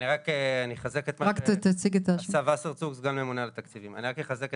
אני רק אחזק את מה שנועה אמרה קודם.